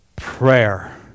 prayer